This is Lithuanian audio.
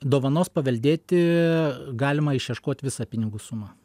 dovanos paveldėti galima išieškot visą pinigų sumą